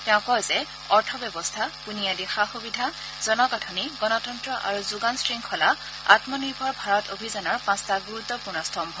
তেওঁ কয় যে অৰ্থব্যৱস্থা বুনিয়াদী সা সুবিধা জনগাঠনি গণতন্ত্ৰ আৰু যোগান শৃংখলা আমনিৰ্ভৰ ভাৰত অভিযানৰ পাঁচটা গুৰুত্বপূৰ্ণ স্তম্ভ